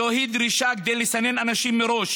זוהי דרישה כדי מראש